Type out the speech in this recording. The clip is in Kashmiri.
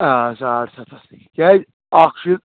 آ ساڑ سَتھ ہتھ کیازِ اکھ چھُ